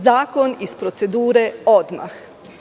Zakon iz procedure odmah.